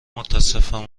متاسفم